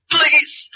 Please